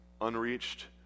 Unreached